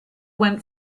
went